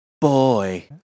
boy